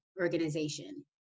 organization